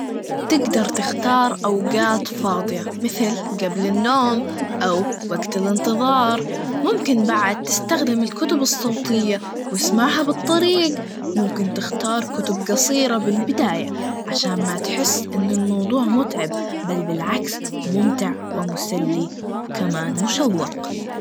إبدأ رتب خطوة بخطوة, رتب غرفة واحدة كل يوم, خصص أماكن ثابتة للأشياء, لا تتركها متناثرة, وحط لنفسك جدولتنظيف بشكل دوري, ولو صار عندك نظظام بتتعود, ويصير الترتيب أسهل, وراح تحس برحة نفسية, وكمان استمر.